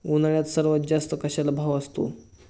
उन्हाळ्यात सर्वात जास्त कशाला भाव असतो?